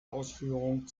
ausführungen